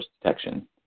detection